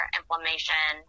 inflammation